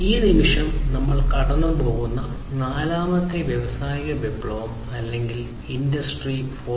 ഈ നിമിഷം നമ്മൾ കടന്നുപോകുന്ന നാലാമത്തെ വ്യാവസായിക വിപ്ലവം അല്ലെങ്കിൽ ഇൻഡസ്ട്രി 4